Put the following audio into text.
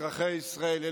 אזרחי ישראל,